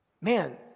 man